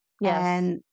Yes